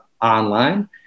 online